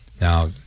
Now